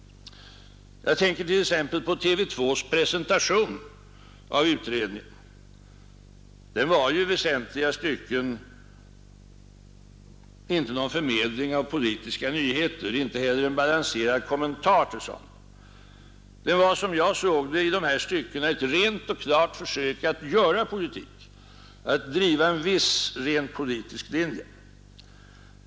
Jag tänker t.ex. på presentationen av utredningen i TV 2. Den var i väsentliga stycken inte någon förmedling av politiska nyheter och inte heller en balanserad kommentar till saken. Den var, som jag såg det, i dessa stycken ett rent och klart försök att göra politik och att driva en viss, rent politisk linje.